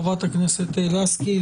חה"כ לסקי,